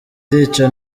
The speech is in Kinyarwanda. irica